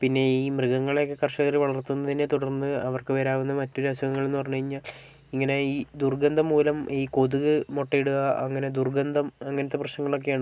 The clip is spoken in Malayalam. പിന്നെ ഈ മൃഗങ്ങളെയൊക്കെ കർഷകർ വളർത്തുന്നതിനെ തുടർന്ന് അവർക്ക് വരാവുന്ന മറ്റൊരു അസുഖങ്ങൾ എന്ന് പറഞ്ഞു കഴിഞ്ഞാൽ ഇങ്ങനെ ഈ ദുർഗന്ധം മൂലം ഈ കൊതുക് മുട്ടയിടുകയാണ് അങ്ങനെ ദുർഗന്ധം അങ്ങനത്തെ പ്രശ്നങ്ങളൊക്കെയാണ്